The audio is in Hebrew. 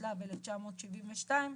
התשל"ב 1972‏,